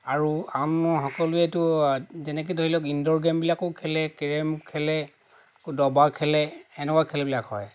আৰু আমাৰ সকলোৱেতো যেনেকৈ ধৰি লওঁক ইন্দৰ গেমবিলাকো খেলে কেৰম খেলে দবা খেলে সেনেকুৱা খেলবিলাক হয়